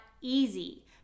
easy